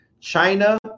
China